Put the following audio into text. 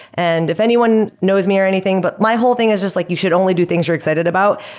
and if anyone knows me or anything but my whole thing is just like you should only do things you're excited about,